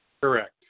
Correct